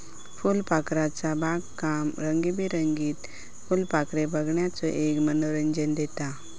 फुलपाखरूचा बागकाम रंगीबेरंगीत फुलपाखरे बघण्याचो एक मनोरंजन देता